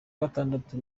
gatandatu